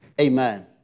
Amen